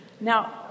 Now